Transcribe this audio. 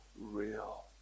real